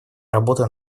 работой